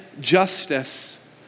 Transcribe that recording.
justice